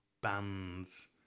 bands